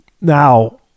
now